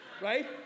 Right